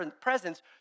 presence